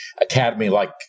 academy-like